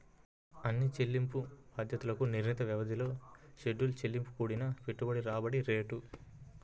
అన్ని చెల్లింపు బాధ్యతలకు నిర్ణీత వ్యవధిలో షెడ్యూల్ చెల్లింపు కూడిన పెట్టుబడి రాబడి రేటు